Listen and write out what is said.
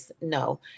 no